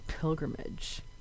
pilgrimage